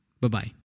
Bye-bye